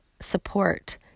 support